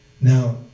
now